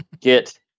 get